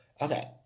okay